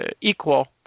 equal